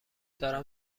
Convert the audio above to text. دارم